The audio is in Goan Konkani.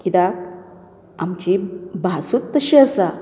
कित्याक आमची भासूच तशी आसा